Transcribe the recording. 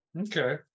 Okay